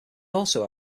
also